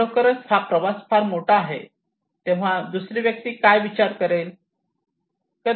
खरोखर हा प्रवास फार मोठा आहे तेव्हा दुसरी व्यक्ती काय विचार करेल